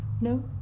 No